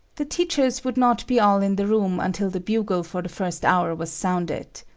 the teachers would not be all in the room until the bugle for the first hour was sounded.